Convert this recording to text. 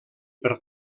per